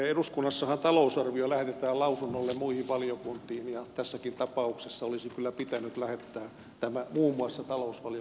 eduskunnassahan talousarvio lähetetään lausunnolle muihin valiokuntiin ja tässäkin tapauksessa olisi kyllä pitänyt lähettää tämä muun muassa talousvaliokuntaan lausunnolle